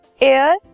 air